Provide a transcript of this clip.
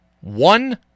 one